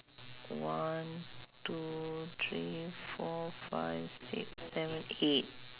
one two three four five six seven eight